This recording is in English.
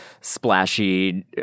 splashy